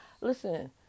listen